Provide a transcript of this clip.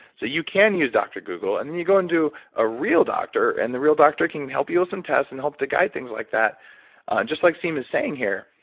so you can use dr google and and you go in to a real doctor and the real doctor can can help you with some tests and help to guide things like that just like siim is saying here,